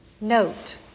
Note